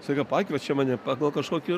staiga pakviečia mane pagal kažkokį